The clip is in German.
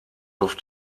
auf